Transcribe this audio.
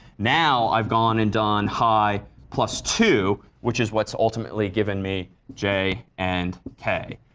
now i've gone and done hi plus two, which is what's ultimately given me j and k.